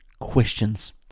Questions